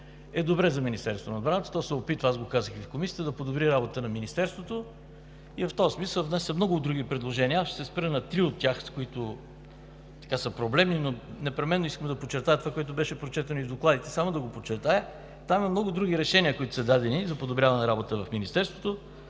е добре за Министерството на отбраната. Той се опитва – аз го казах и в Комисията, да подобри работата на Министерството и в този смисъл внася много други предложения. Ще се спра на три от тях, които са проблемни, но непременно искам да подчертая това, което беше прочетено и в докладите – там има много други решения, които са дадени, за подобряване работата в Министерството.